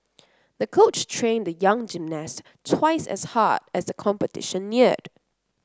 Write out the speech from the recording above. the coach trained the young gymnast twice as hard as the competition neared